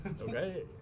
Okay